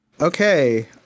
Okay